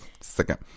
second